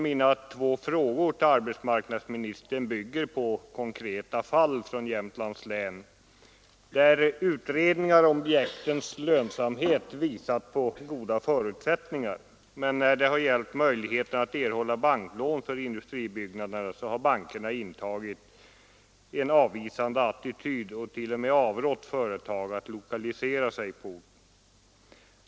Mina två frågor till arbetsmarknadsministern bygger på konkreta fall från Jämtlands län, där utredningar visat att företagsetableringar har goda förutsättningar. Men när det gällt möjligheter att erhålla banklån för industribyggnader har bankerna intagit en avvisande attityd och t.o.m. avrått företag från att lokalisera sig där.